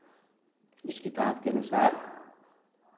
इस किताब के अनुसार